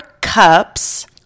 cups